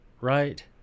Right